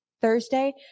Thursday